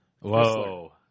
Whoa